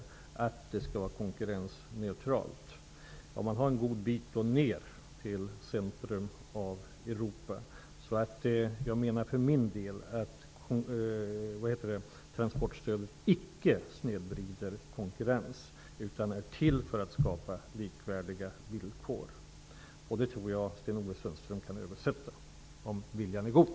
Man har alltså tranportstöd en god bit ned till centrum av Europa. För min del menar jag att transportstöd icke snedvrider konkurrens utan är till för att skapa likvärdiga villkor. Det svaret tror jag att Sten-Ove Sundström kan översätta, om viljan är god.